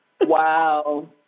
Wow